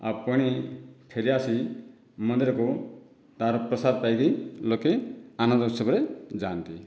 ଆଉ ପୁଣି ଫେରି ଆସି ମନ୍ଦିରକୁ ତା'ର ପ୍ରସାଦ ପାଇକି ଲୋକେ ଆନନ୍ଦ ଉତ୍ସବରେ ଯାଆନ୍ତି